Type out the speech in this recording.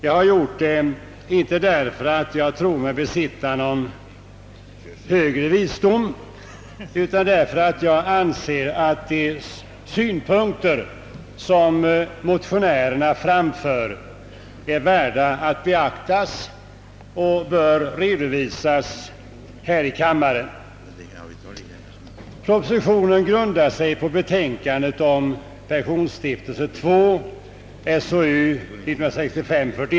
Jag har gjort det, inte därför att jag tror mig besitta någon högre visdom utan därför att jag anser att de synpunkter som motionärerna framför är värda att beaktas och bör redovisas här i kammaren. Propositionen grundar sig på betänkandet Pensionstiftelser II, SOU 1965/41.